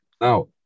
Now